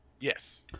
Yes